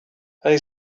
they